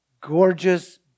gorgeous